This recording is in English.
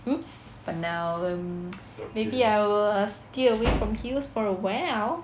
!oops! but now um maybe I will stay away from heels for a while